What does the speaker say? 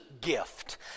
gift